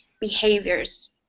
behaviors